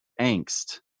angst